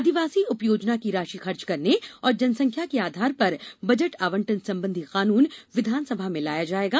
आदिवासी उपयोजना की राशि खर्च करने और जनसंख्या के आधार पर बजट आवंटन संबंधी कानून विधानसभा में लाया जायेगा